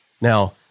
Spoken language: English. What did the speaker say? Now